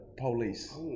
Police